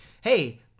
Hey